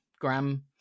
gram